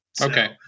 Okay